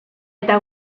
eta